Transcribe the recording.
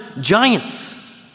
giants